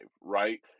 right